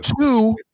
Two